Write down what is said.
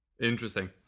Interesting